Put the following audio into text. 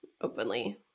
openly